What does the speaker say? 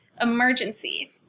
emergency